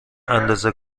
اندازه